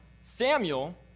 Samuel